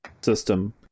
system